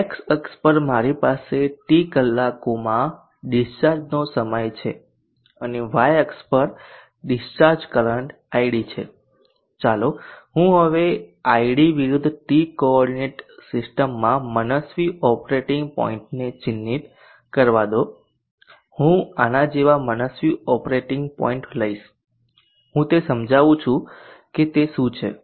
x અક્ષ પર મારી પાસે t કલાકોમાં ડીસ્ચાર્જનો સમય છે અને y અક્ષ પર ડીસ્ચાર્જ કરંટ id છે ચાલો હું હવે આ id વિરુદ્ધ t કોઓર્ડિનેટ સિસ્ટમમાં મનસ્વી ઓપરેટિંગ પોઇન્ટને ચિહ્નિત કરવા દો હું આના જેવા મનસ્વી ઓપરેટિંગ પોઇન્ટ લઈશ હું તે સમજાવું કે તે શું છે